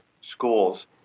schools